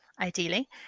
ideally